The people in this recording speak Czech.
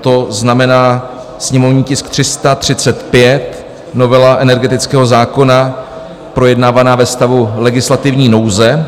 to znamená sněmovní tisk 335, novela energetického zákona, projednávaná ve stavu legislativní nouze.